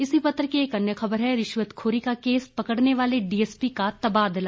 इसी पत्र की अन्य खबर है रिश्वतखोरी का केस पकड़ने वाले डीएसपी का तबादला